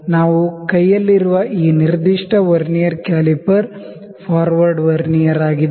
ನಾವು ಕೈಯಲ್ಲಿರುವ ಈ ನಿರ್ದಿಷ್ಟ ವರ್ನಿಯರ್ ಕ್ಯಾಲಿಪರ್ ಫಾರ್ವರ್ಡ್ ವರ್ನಿಯರ್ ಆಗಿದೆ